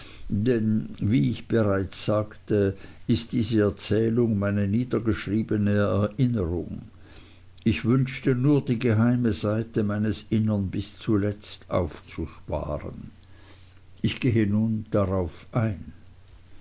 denn wie ich bereits sagte ist diese erzählung meine niedergeschriebene erinnerung ich wünschte nur die geheime seite meines innern bis zuletzt aufzusparen ich gehe nun darauf ein